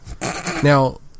Now